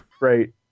right